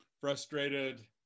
frustrated